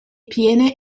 piene